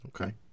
Okay